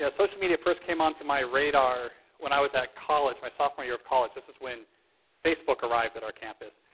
ah social media first came onto my radar when i was at college, my sophomore year of college, this is when facebook arrived at our campus.